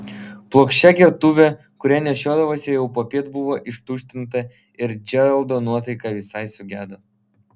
plokščia gertuvė kurią nešiodavosi jau popiet buvo ištuštinta ir džeraldo nuotaika visai sugedo